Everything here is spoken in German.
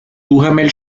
duhamel